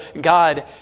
God